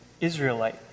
Israelite